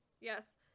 Yes